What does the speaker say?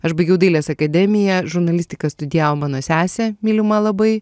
aš baigiau dailės akademiją žurnalistiką studijavo mano sesė mylima labai